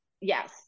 Yes